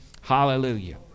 Hallelujah